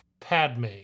Padme